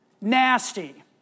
Nasty